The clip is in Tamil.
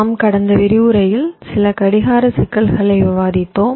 நாம் கடந்த விரிவுரையில் சில கடிகார சிக்கல்களை விவாதித்தோம்